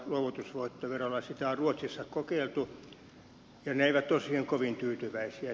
sitä on ruotsissa kokeiltu ja he eivät ole siihen kovin tyytyväisiä